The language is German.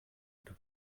unter